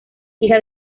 hija